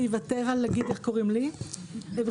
אני